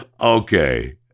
Okay